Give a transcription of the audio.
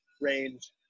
range